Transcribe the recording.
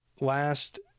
last